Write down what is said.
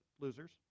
losers